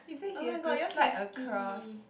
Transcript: oh my god you all can ski